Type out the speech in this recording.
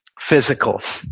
physical,